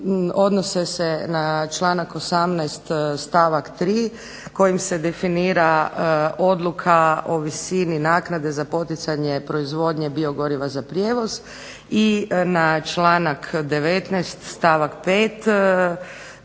odnose se na članak 18. stavak 3. kojim se definira odluka o visini naknade za poticanje proizvodnje biogoriva za prijevoz i na članak 19. stavak 5.